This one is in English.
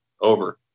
over